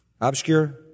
obscure